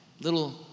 Little